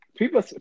People